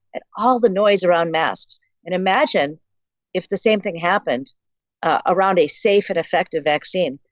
and all the noise around masks and imagine if the same thing happened ah around a safe and effective vaccine.